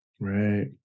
right